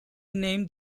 named